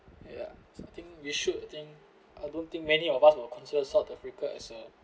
ya I think we should I think I don't think many of us will consider south africa as a